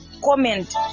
comment